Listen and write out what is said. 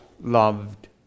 loved